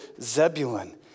Zebulun